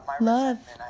Love